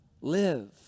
live